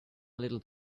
little